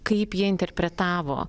kaip jie interpretavo